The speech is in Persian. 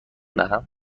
دهم